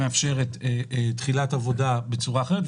שמאפשרת תחילת עבודה בצורה אחרת.